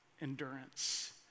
endurance